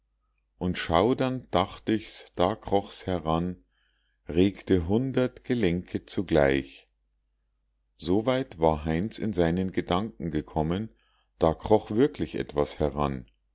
und schaudernd dacht ich's da kroch's heran regte hundert gelenke zugleich soweit war heinz in seinen gedanken gekommen da kroch wirklich etwas heran